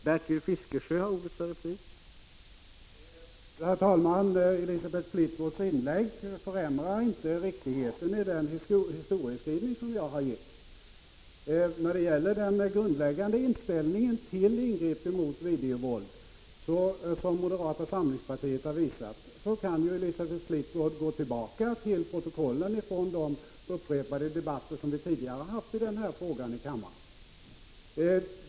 Herr talman! Elisabeth Fleetwoods inlägg förändrar inte riktigheten i den historieskrivning som jag har gett. När det gäller den grundläggande inställning till ingrepp mot videovåld som moderata samlingspartiet har visat kan Elisabeth Fleetwood gå tillbaka till protokollen från de upprepade debatter som vi tidigare har haft i den frågan i kammaren.